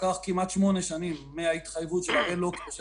לקחו כמעט 8 שנים מההתחייבות של הראל לוקר,